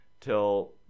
till